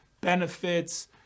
benefits